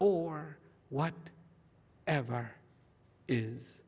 or what ever is